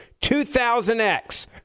2000X